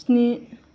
स्नि